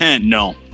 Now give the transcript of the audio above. No